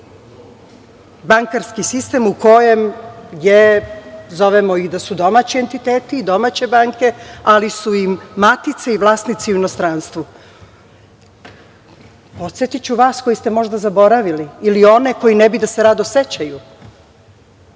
bankarski sistem u kojem je, zovemo ih da su domaći entiteti i domaće banke, ali su im matice i vlasnici u inostranstvu. Podsetiću vas, koji ste možda zaboravili ili one koji ne bi da se rado sećaju,